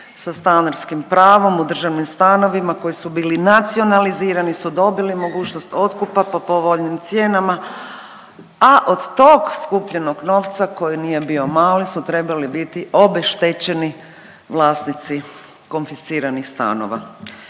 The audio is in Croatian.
sa stanarskim pravom u državnim stanovima koji su bili nacionalizirani su dobili mogućnost otkupa po povoljnijim cijenama, a od tog skupljenog novca koji nije bio mali su trebali biti obeštećeni vlasnici konfisciranih stanova.